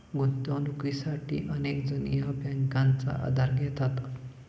गुंतवणुकीसाठी अनेक जण या बँकांचा आधार घेतात